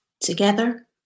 Together